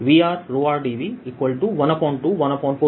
r r